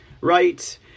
right